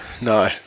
No